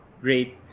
great